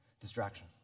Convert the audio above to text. Distraction